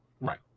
right